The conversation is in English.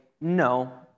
no